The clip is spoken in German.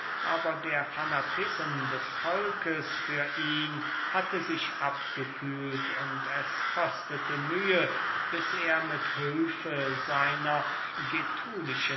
aber der fanatism des volkes für ihn hatte sich abgekühlt und es kostete mühe bis er mit hülfe seiner